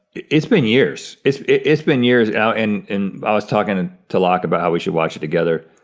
it's been years. it's it's been years, ah and and i was talking to to locke about how we should watch it together.